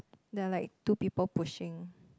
there are like two people pushing